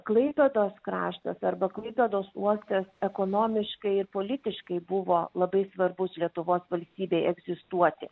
klaipėdos kraštas arba klaipėdos uostas ekonomiškai ir politiškai buvo labai svarbus lietuvos valstybei egzistuoti